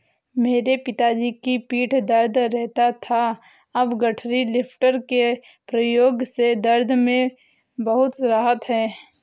मेरे पिताजी की पीठ दर्द रहता था अब गठरी लिफ्टर के प्रयोग से दर्द में बहुत राहत हैं